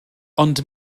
ond